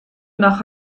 nach